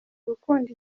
gukunda